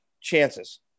chances